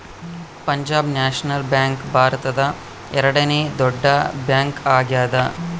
Punjab national bank ಭಾರತದ ಎರಡನೆ ದೊಡ್ಡ ಬ್ಯಾಂಕ್ ಆಗ್ಯಾದ